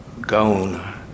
gone